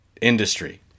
industry